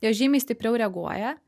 jos žymiai stipriau reaguoja